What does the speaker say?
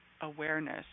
awareness